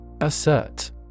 Assert